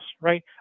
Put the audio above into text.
right